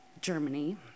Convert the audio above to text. Germany